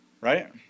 Right